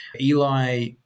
Eli